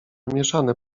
mieszane